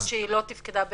שהיא לא תפקדה באמת,